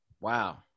Wow